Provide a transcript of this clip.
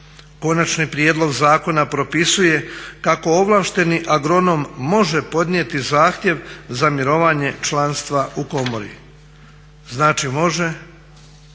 Konačni prijedlog zakona propisuje kako ovlašteni agronom može podnijeti zahtjev za mirovanje članstva u komori. Znači može